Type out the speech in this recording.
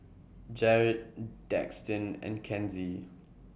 Jaret Daxton and Kenzie